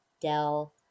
Dell